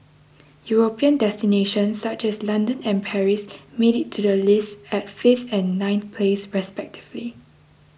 European destinations such as London and Paris made it to the list at fifth and ninth place respectively